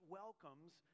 welcomes